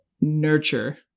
nurture